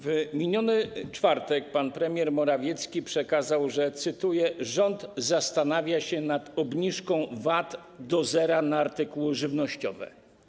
W miniony czwartek pan premier Morawiecki przekazał, że - cytuję - „Rząd zastanawiał się nad obniżką VAT do zera na artykuły żywnościowe.